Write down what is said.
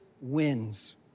wins